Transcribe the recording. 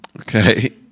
Okay